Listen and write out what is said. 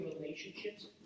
relationships